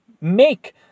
make